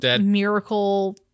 miracle